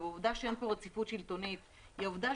ובעובדה שאין פה רציפות שלטונית היא העובדה